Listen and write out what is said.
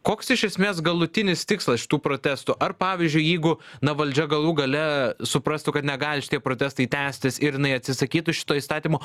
koks iš esmės galutinis tikslas tų protestų ar pavyzdžiui jeigu na valdžia galų gale suprastų kad negali šitie protestai tęstis ir jinai atsisakytų šito įstatymo